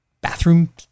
bathroom